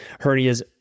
hernias